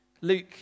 Luke